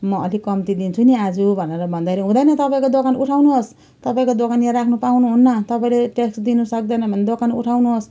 म अलिक कम्ती दिन्छु नि आज भनेर भन्दाखेरि हुँदैन तपाईँको दोकान उठाउनुहोस् तपाईँको दोकान यहाँ राख्न पाउनुहुन्न तपाईँले ट्याक्स दिनु सक्दैन भने दोकान उठाउनुहोस्